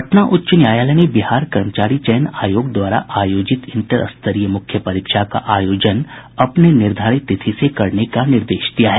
पटना उच्च न्यायालय ने बिहार कर्मचारी चयन आयोग द्वारा आयोजित इंटर स्तरीय मुख्य परीक्षा का आयोजन अपने निर्धारित तिथि से करने का निर्देश दिया है